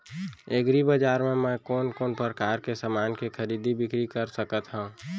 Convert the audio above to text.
एग्रीबजार मा मैं कोन कोन परकार के समान के खरीदी बिक्री कर सकत हव?